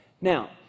Now